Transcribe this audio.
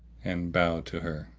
and bowed to her.